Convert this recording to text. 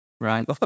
Right